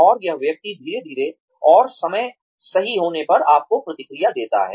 और यह व्यक्ति धीरे धीरे और समय सही होने पर आपको प्रतिक्रिया देता है